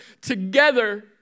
together